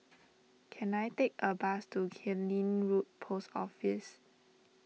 can I take a bus to Killiney Road Post Office